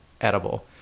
edible